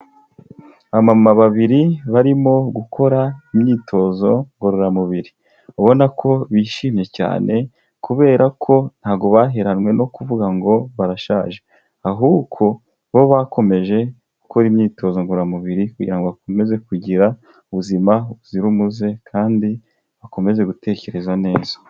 Abamama babiri barimo gukora imyitozo ngororamubiri, ubona ko bishimye cyane kubera ko ntago baheranwe no kuvuga ngo barashaje, ahubwo bo bakomeje gukora imyitozo ngororamubiri kugira ngo bakomeze kugira ubuzima buzira umuze kandi bakomeze gutekereza neza.